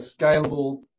scalable